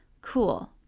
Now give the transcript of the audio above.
Cool